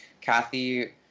Kathy